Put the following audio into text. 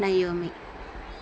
naomi